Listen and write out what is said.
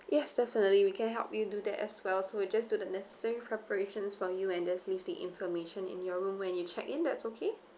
yes definitely we can help you do that as well so we just do the necessary preparations for you and just leave the information in your room when you check in that's okay